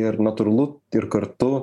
ir natūralu ir kartu